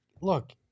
look